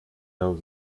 dał